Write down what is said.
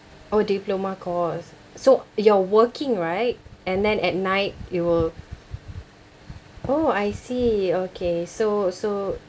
oh diploma course so you're working right and then at night you will oh I see okay so so